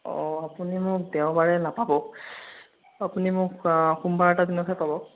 অঁ আপুনি মোক দেওবাৰে নাপাব আপুনি মোক সোমবাৰৰ এটা দিনতহে পাব